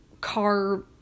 car